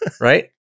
right